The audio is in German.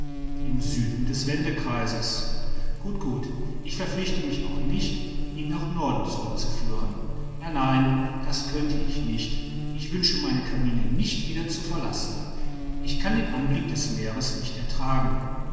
im süden des wendekreises gut gut ich verpflichte mich auch nicht ihn nach norden zurückzuführen nein nein das könnte ich nicht ich wünsche meine cabine nicht wieder zu verlassen ich kann den anblick des meeres nicht ertragen